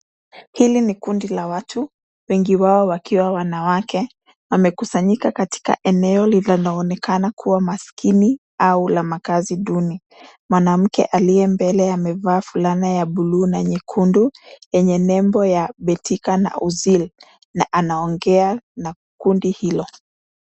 Hili ni kundi la watu wengi wao wakiwa wanawake wameketi sanyika katika eneo linaloonekana kuwa makini au la makazi duni. Mwanamke aliye mbele amevaa fulana bluu na nyekundu yenye nembo ya [cs ] betika[cs ] na[cs ] ozil[cs ] na anaongea na kundi hilo.